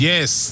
Yes